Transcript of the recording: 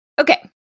Okay